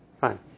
Fine